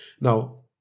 Now